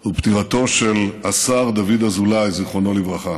הוא פטירתו של השר דוד אזולאי, זיכרונו לברכה.